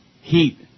heat